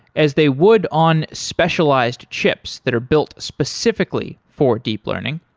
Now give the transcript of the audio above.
as they would on specialized chips that are built specifically for deep learning.